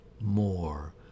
more